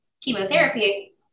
chemotherapy